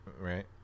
Right